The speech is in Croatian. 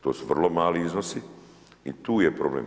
To su vrlo mali iznosi i tu je problem.